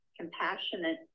compassionate